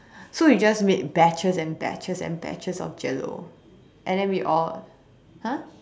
so we just make batches and batches and batches of jello and then we all !huh!